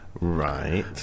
right